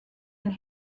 and